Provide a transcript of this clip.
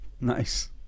nice